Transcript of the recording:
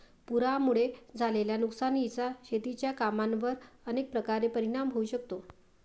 पुरामुळे झालेल्या नुकसानीचा शेतीच्या कामांवर अनेक प्रकारे परिणाम होऊ शकतो